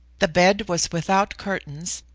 the bed was without curtains,